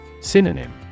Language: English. Synonym